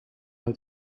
uit